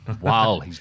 Wow